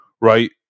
right